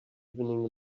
evening